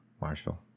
Marshall